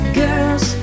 girls